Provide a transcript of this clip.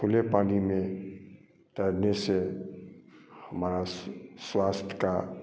खुले पानी में तैरने से हमारा स्वास्थ्य का